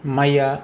माइआ